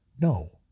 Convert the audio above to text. no